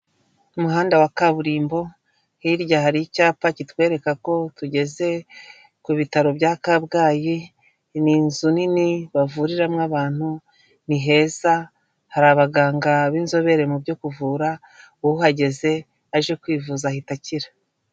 Umuhanda wa kaburimbo, hirya hari icyapa kitwereka ko tugeze ku bitaro bya Kabgayi, ni inzu nini bavuriramo abantu, ni heza, hari abaganga b'inzobere mu byo kuvura, uhageze aje kwivuza ahita akira.